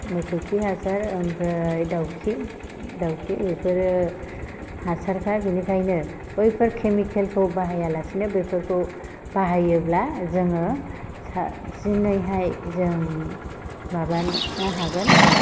मोसौ खि हासार आमफ्राय दाउखि दाउखि बेफोरो हासारखा बेनिखायनो बैफोर केमिकेलखौ बाहायालासिनो बेफोरखौ बाहायोब्ला जोङो साबसिनैहाय जों माबानो हागोन